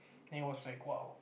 then it was like !wow!